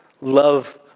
love